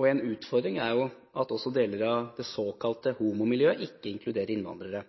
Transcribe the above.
En utfordring er at også deler av det såkalte homomiljøet ikke inkluderer innvandrere.